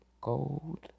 gold